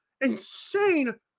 insane